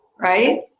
right